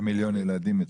ומיליון ילדים בתוכם.